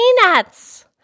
peanuts